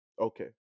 Okay